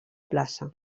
plaça